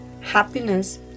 happiness